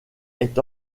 est